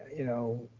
you know,